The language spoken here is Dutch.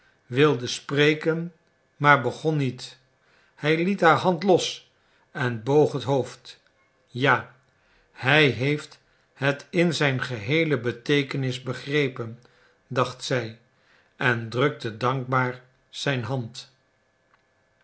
wilde spreken maar begon niet hij liet haar hand los en boog het hoofd ja hij heeft het in zijn geheele beteekenis begrepen dacht zij en drukte dankbaar zijn hand